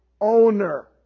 owner